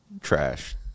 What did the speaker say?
trash